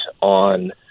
on